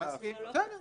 אין בעיה.